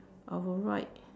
our right